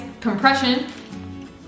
compression